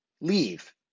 leave